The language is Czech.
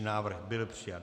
Návrh byl přijat.